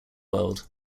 world